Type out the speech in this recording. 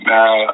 Now